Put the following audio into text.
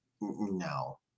no